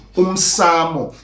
umsamo